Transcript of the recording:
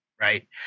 right